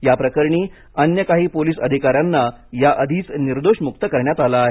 या प्रकरणी अन्य काही पोलिस अधिकार्यांना याआधीच निर्दोश मुक्त करण्यात आलं आहे